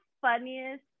funniest